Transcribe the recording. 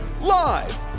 Live